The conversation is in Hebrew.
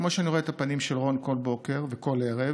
כמו שאני רואה את הפנים של רון כל בוקר וכל ערב,